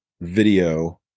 video